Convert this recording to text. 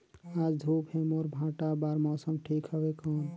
आज धूप हे मोर भांटा बार मौसम ठीक हवय कौन?